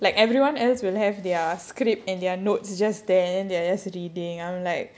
like everyone else will have their script and their notes just there and then they're just reading I'm like